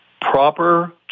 proper